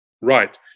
Right